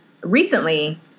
recently